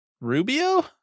Rubio